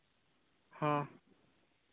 ᱦᱚᱸ